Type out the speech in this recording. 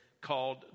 called